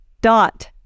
Dot